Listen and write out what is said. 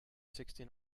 sixty